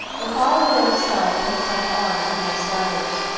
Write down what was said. the follower of self takes up arms against others.